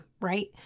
right